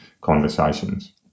conversations